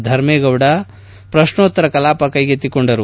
ಧರ್ಮೇಗೌಡ ಪ್ರಶ್ನೋತ್ತರ ಕಲಾಪವನ್ನು ಕೈಗೆತ್ತಿಕೊಂಡರು